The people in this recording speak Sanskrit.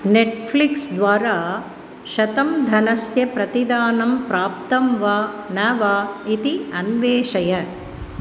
नेट्फ़्लिक्स् द्वारा शतं धनस्य प्रतिदानं प्राप्तं वा न वा इति अन्वेषय